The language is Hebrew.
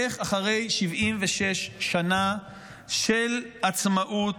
איך אחרי 76 שנה של עצמאות,